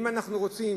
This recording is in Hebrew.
אם אנחנו רוצים